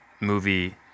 movie